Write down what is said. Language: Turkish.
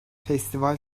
festival